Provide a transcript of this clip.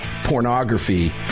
pornography